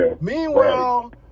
Meanwhile